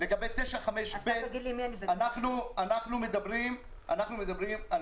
לגבי סעיף 9(5)(ב) אנחנו מדברים על